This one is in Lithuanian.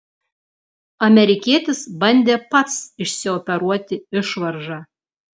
amerikietis bandė pats išsioperuoti išvaržą